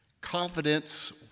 Confidence